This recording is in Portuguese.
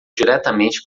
diretamente